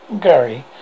Gary